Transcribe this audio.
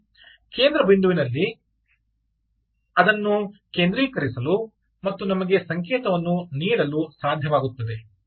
ಹೀಗೆ ಕೇಂದ್ರಬಿಂದುವಿನಲ್ಲಿ ಅದನ್ನು ಕೇಂದ್ರೀಕರಿಸಲು ಮತ್ತು ನಮಗೆ ಸಂಕೇತವನ್ನು ನೀಡಲು ಸಾಧ್ಯವಾಗುತ್ತದೆ